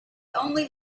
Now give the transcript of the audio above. only